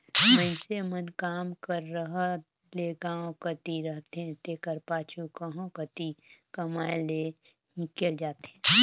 मइनसे मन काम कर रहत ले गाँव कती रहथें तेकर पाछू कहों कती कमाए लें हिंकेल जाथें